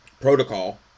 protocol